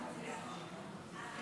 אין מתנגדים.